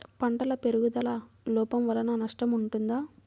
పంటల పెరుగుదల లోపం వలన నష్టము ఉంటుందా?